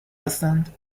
هستند